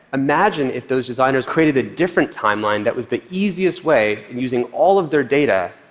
imagine if those designers created a different timeline that was the easiest way, using all of their data,